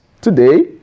today